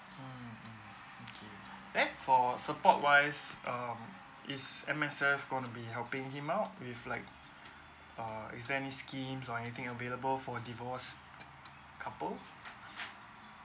mm mm okay eh for support wise um is M_S_F going to be helping him out with like err is there any schemes or anything available for divorce couple ah